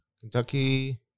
Kentucky